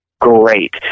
great